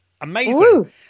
amazing